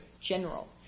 general